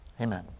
Amen